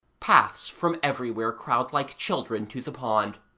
paths from everywhere crowd like children to the pond.